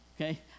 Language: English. okay